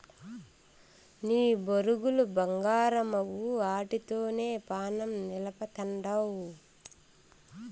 నీ బొరుగులు బంగారమవ్వు, ఆటితోనే పానం నిలపతండావ్